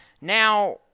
Now